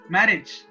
Marriage